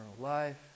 life